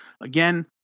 Again